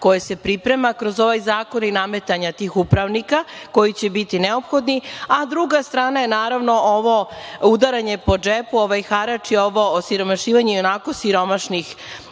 koje se priprema kroz ovaj zakon i nametanja tih upravnika koji će biti neophodni, a druga strana je ovo udaranje po džepu, ovaj harač i ovo osiromašivanje ionako siromašnih